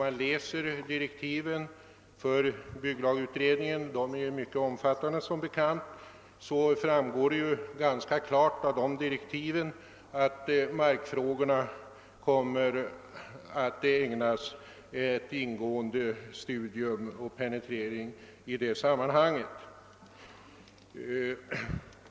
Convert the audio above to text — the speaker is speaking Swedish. Av direktiven för bygglagutredningen — de är som bekant mycket omfattande — framgår det ganska klart att markfrågorna kommer att penetreras ingående i det sammanhanget.